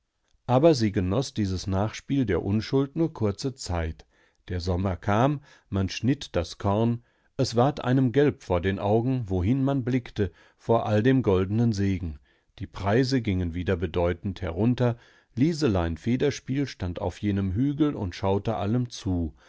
aber sie genoß dieses nachspiel der unschuld nur kurze zeit der sommer kam man schnitt das korn es ward einem gelb vor den augen wohin man blickte vor all dem goldenen segen die preise gingen wieder bedeutend herunter liselein federspiel stand auf jenem hügel und schaute allem zu